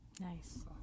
Nice